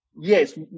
Yes